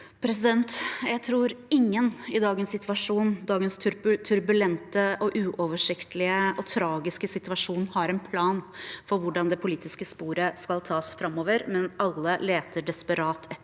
Jeg tror ingen i dagens turbulente, uover- siktlige og tragiske situasjon har en plan for hvordan det politiske sporet skal tas framover, men alle leter desperat etter